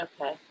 Okay